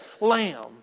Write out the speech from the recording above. lamb